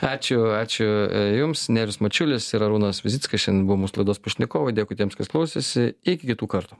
ačiū ačiū jums nerijus mačiulis ir arūnas vizickas šiandien buvo mūsų laidos pašnekovai dėkui tiems kas klausėsi iki kitų kartų